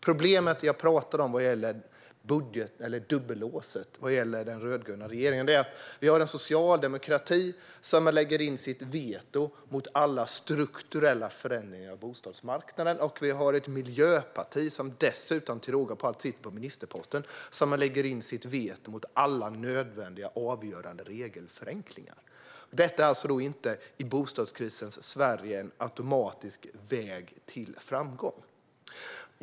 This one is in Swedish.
Problemet jag talar om vad gäller dubbellåsningen i den rödgröna regeringen är att vi har en socialdemokrati som lägger in sitt veto mot alla strukturella förändringar av bostadsmarknaden och att vi har ett miljöparti, som till råga på allt sitter på ministerposten, som lägger in sitt veto mot alla nödvändiga, avgörande regelförenklingar. Detta är alltså inte i bostadskrisens Sverige en automatisk väg till framgång.